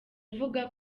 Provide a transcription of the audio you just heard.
avuga